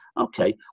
okay